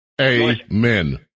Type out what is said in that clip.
Amen